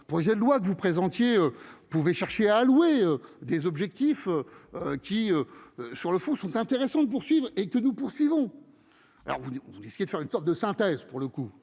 projet de loi que vous présentiez pouvait chercher à louer des objectifs qui sur le fond sont intéressantes poursuivent et que nous poursuivons, alors vous voulez, ce qui est de faire une sorte de synthèse pour le coup,